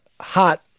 hot